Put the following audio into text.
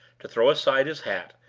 to throw aside his hat,